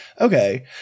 Okay